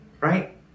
right